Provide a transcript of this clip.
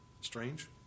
strange